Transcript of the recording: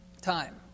time